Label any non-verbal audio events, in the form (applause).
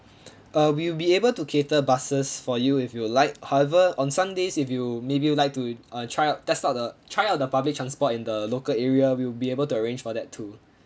(breath) uh we'll be able to cater buses for you if you would like however on sundays if you maybe you'd like to uh try out test out the try out the public transport in the local area we'll be able to arrange for that too